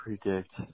predict